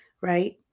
right